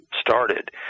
started